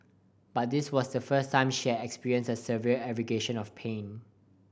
but this was the first time she had experienced a severe aggravation of pain